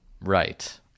Right